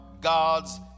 God's